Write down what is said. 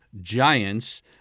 giants